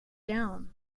down